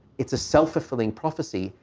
it's a self-fulfilling prophecy,